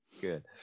good